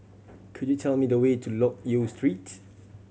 could you tell me the way to Loke Yew Street